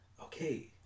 Okay